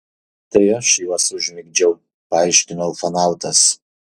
tai aš juos užmigdžiau paaiškino ufonautas